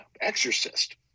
exorcist